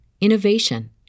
innovation